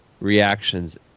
reactions